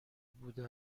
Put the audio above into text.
بوده